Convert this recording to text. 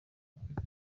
rwanda